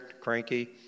cranky